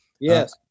Yes